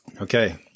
Okay